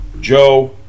Joe